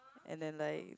and then like